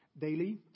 daily